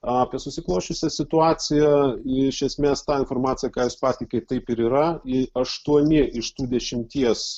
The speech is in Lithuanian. apie susiklosčiusią situaciją ji iš esmės tą informaciją ką jis pateikė taip ir yra aštuoni iš tų dešimties